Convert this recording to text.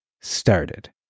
started